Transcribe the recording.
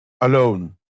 alone